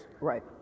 Right